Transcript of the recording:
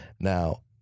Now